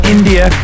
India